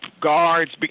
guards